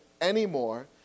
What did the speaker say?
anymore